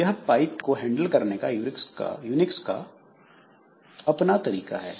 यह पाइप को हैंडल करने का यूनिक्स का अपना तरीका है